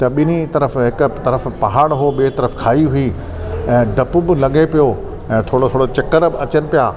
त ॿिन्ही तरफ हिकु तरफ पहाड़ हो ॿिए तरफ खाई हुई ऐं डपु बि लॻे पियो ऐं चक्कर बि अचनि पिया